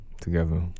together